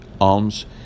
alms